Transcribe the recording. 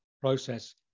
process